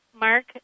Mark